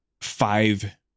five